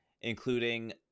Including